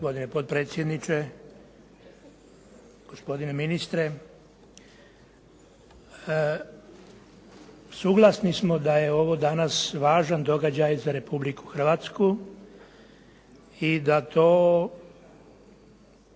Gospodine potpredsjedniče, gospodine ministre. Suglasni smo da je ovo danas važan događaj za Republiku Hrvatsku i da to